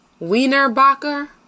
Wienerbacher